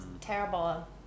terrible